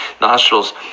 nostrils